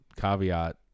caveat